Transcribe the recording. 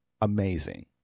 amazing